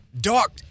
dark